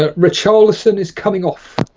ah rich olson is coming off